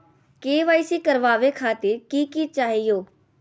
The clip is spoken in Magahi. के.वाई.सी करवावे खातीर कि कि चाहियो?